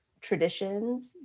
traditions